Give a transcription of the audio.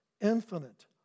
infinite